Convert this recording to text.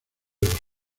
los